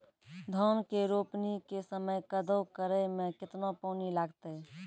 धान के रोपणी के समय कदौ करै मे केतना पानी लागतै?